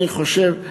אני חושב,